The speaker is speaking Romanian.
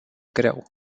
greu